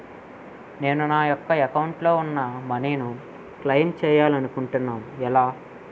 నేను నా యెక్క అకౌంట్ లో ఉన్న మనీ ను క్లైమ్ చేయాలనుకుంటున్నా ఎలా?